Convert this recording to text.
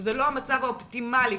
שזה לא המצב האופטימלי,